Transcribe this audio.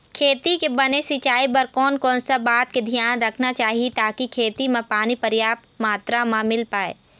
खेती के बने सिचाई बर कोन कौन सा बात के धियान रखना चाही ताकि खेती मा पानी पर्याप्त मात्रा मा मिल पाए?